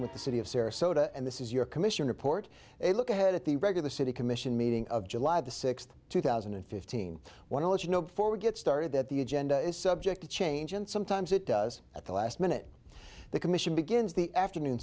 with the city of sarasota and this is your commission report a look ahead at the regular city commission meeting of july the sixth two thousand and fifteen want to let you know before we get started that the agenda is subject to change and sometimes it does at the last minute the commission begins the afternoon